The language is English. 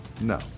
No